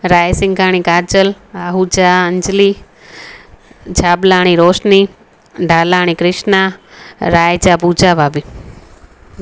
रायसिंहाणी काजल आहुजा अंजली छाबलाणी रोशनी दालाणी कृष्णा राहेजा पूजा भाभी